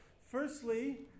Firstly